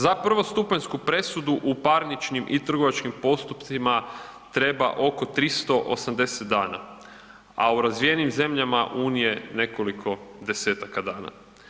Za prvostupanjsku presudu u parničnim i trgovačkim postupcima treba oko 380 dana, a u razvijenim zemljama Unije, nekoliko desetaka dana.